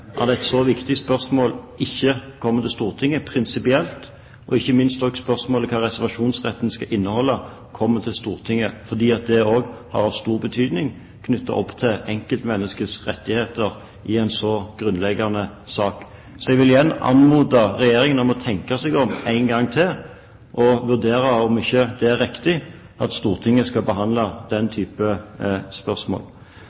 et så viktig spørsmål ikke kommer til Stortinget prinsipielt. Det er ikke minst viktig at spørsmålet om hva reservasjonsretten skal inneholde, kommer til Stortinget. Det har også stor betydning for enkeltmenneskers rettigheter i en så grunnleggende sak. Så jeg vil igjen anmode Regjeringen om å tenke seg om en gang til og vurdere om det ikke er riktig at Stortinget skal behandle den